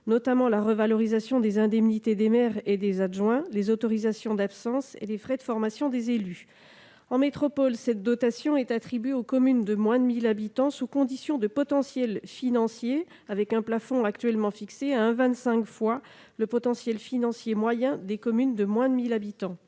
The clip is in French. notamment la revalorisation des indemnités des maires et des adjoints, les autorisations d'absence et les frais de formation des élus. En métropole, la dotation est attribuée aux communes de moins de 1 000 habitants sous condition de potentiel financier avec un plafond actuellement fixé à 1,25 fois le potentiel financier moyen des communes de moins de 1 000 habitants.